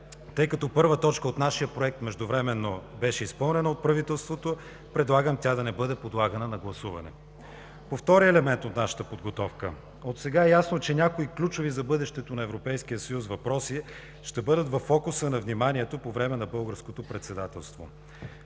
тъй като първа точка от нашия Проект междувременно беше изпълнена от правителството, предлагам тя да не бъде подлагана на гласуване. По втория елемент от нашата подготовка. Отсега е ясно, че някои ключови за бъдещето на Европейския съюз въпроси ще бъдат във фокуса на вниманието по време на Българското председателство